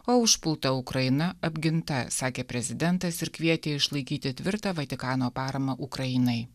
o užpulta ukraina apginta sakė prezidentas ir kvietė išlaikyti tvirtą vatikano paramą ukrainai